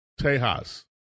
Tejas